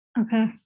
Okay